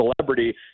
celebrity